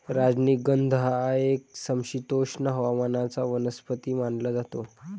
राजनिगंध हा एक समशीतोष्ण हवामानाचा वनस्पती मानला जातो